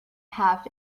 half